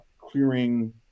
clearing